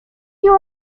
you